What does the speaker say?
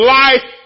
life